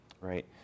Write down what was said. Right